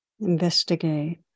investigate